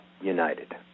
united